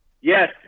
Yes